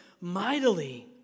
mightily